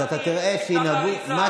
אז אתה תראה שינהגו,